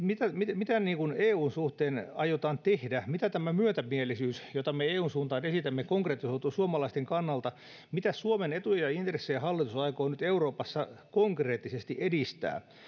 mitä mitä eun suhteen aiotaan tehdä miten tämä myötämielisyys jota me eun suuntaan esitämme konkretisoituu suomalaisten kannalta mitä suomen etuja ja intressejä hallitus aikoo nyt euroopassa konkreettisesti edistää